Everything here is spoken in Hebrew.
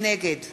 נגד